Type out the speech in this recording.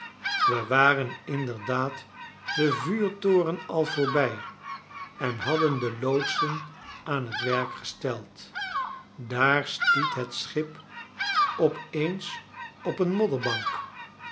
we waren inderdaad den vuurtoren al voorbij en hadden de loodsen aan t werk gesteld daar stiet het schip op eens op een modderbank